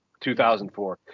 2004